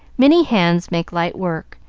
many hands make light work,